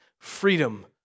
freedom